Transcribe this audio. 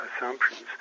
assumptions